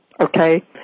okay